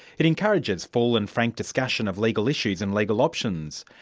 it encourages full and frank discussion of legal issues and legal options.